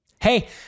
Hey